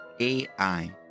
AI